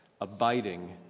Abiding